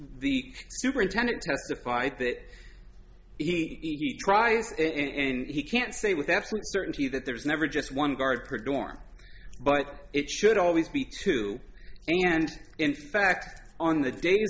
the superintendent testified that he tries and he can't say with absolute certainty that there is never just one guard per dorm but it should always be two and in fact on the da